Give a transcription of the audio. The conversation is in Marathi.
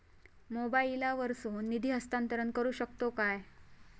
मोबाईला वर्सून निधी हस्तांतरण करू शकतो काय?